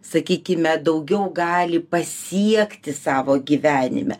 sakykime daugiau gali pasiekti savo gyvenime